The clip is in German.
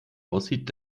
aussieht